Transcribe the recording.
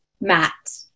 Matt